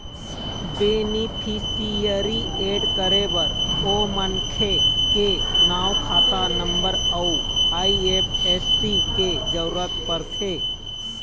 beneficiary add करे बर ओ मनखे के नांव, खाता नंबर अउ आई.एफ.एस.सी के जरूरत परथे